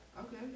Okay